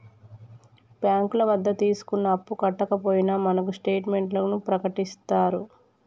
బ్యాంకుల వద్ద తీసుకున్న అప్పు కట్టకపోయినా మనకు స్టేట్ మెంట్లను ప్రకటిత్తారు